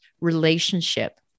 relationship